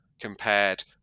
compared